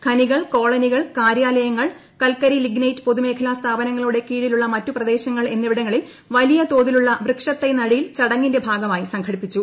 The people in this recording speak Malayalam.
ഖനികൾ കോളനികൾ കാര്യാലയങ്ങൾ കൽക്കരി ലിഗ്നൈറ്റ് പൊതുമേഖലാ സ്ഥാപനങ്ങളുടെ കീഴിലുള്ള മറ്റു പ്രദേശങ്ങൾ എന്നിവിടങ്ങളിൽ വലിയതോതിലുള്ള വൃക്ഷത്തൈ നടീൽ ചടങ്ങിന്റെ ഭാഗമായി സംഘടിപ്പിച്ചു